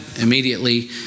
immediately